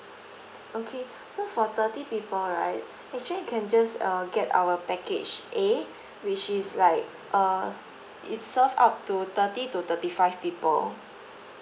okay so for thirty people right actually can just uh get our package A which is like uh it serve up to thirty to thirty five people